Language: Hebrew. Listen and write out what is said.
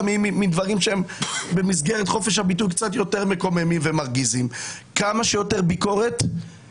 מדברים שבמסגרת חופש הביטוי קצת יותר מקוממים ומרגיזים יותר אמון.